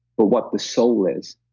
but what the soul is,